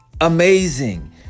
amazing